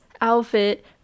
outfit